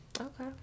Okay